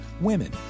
women